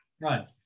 Right